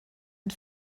and